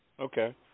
Okay